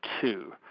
two